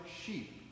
sheep